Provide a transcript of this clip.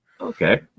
Okay